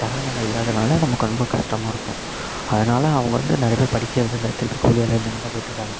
தராதரம் இல்லாதனால் நமக்கு ரொம்ப கஷ்டமா இருக்கும் அதனால் அவங்க வந்து நிறைய பேர் படிக்கிறது இல்லை திருப்பி கூலி வேலை இந்த மாதிரி தான் போய்கிட்ருக்காங்க